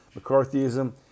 McCarthyism